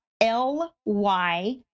L-Y